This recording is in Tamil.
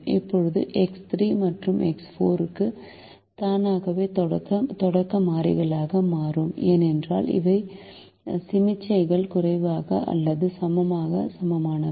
இப்போது எக்ஸ் 3 மற்றும் எக்ஸ் 4 தானாகவே தொடக்க மாறிகளாக மாறும் ஏனென்றால் இவை சமிக்ஞைகள் குறைவான அல்லது சமமான சமமானவை